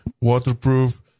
waterproof